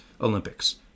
Olympics